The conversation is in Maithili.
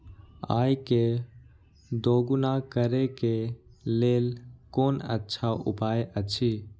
आय के दोगुणा करे के लेल कोन अच्छा उपाय अछि?